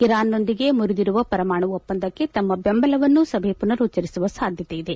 ಇರಾನ್ನೊಂದಿಗೆ ಮುರಿದಿರುವ ಪರಮಾಣು ಒಪ್ಪಂದಕ್ಕೆ ತಮ್ಮ ಬೆಂಬಲವನ್ನು ಸಭೆ ಮನರುಚ್ವರಿಸುವ ಸಾಧ್ಯತೆ ಇದೆ